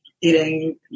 eating